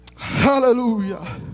hallelujah